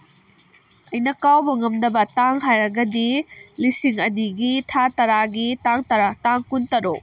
ꯑꯩꯅ ꯀꯥꯎꯕꯉꯝꯗꯕ ꯇꯥꯡ ꯍꯥꯏꯔꯒꯗꯤ ꯂꯤꯁꯤꯡ ꯑꯅꯤꯒꯤ ꯊꯥ ꯇꯔꯥꯒꯤ ꯇꯥꯡ ꯇꯔꯥ ꯇꯥꯡ ꯀꯨꯟ ꯇꯔꯨꯛ